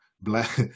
black